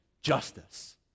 justice